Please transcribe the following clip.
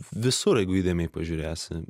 visur jeigu įdėmiai pažiūrėsi